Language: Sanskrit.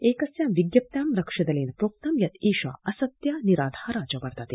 एकस्यां विज्ञप्यां रक्षिदलेन प्रोक्तं यत एषा असत्या निराधारा च वर्तते